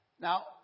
Now